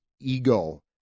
ego